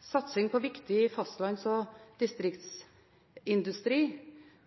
satsing på viktig fastlands- og distriktsindustri